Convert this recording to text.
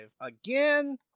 Again